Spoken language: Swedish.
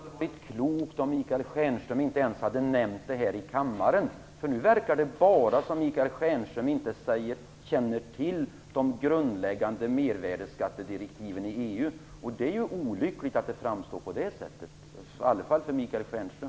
Fru talman! Jag tror att det hade varit klokt om Michael Stjernström inte ens hade nämnt det här i kammaren. Nu verkar det bara som om Michael Stjernström inte känner till de grundläggande mervärdesskattedirektiven i EU. Det är olyckligt att det framstår på det sättet - i alla fall för Michael Stjernström.